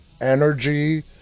energy